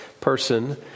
person